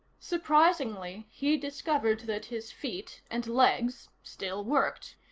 surprisingly, he discovered that his feet and legs still worked.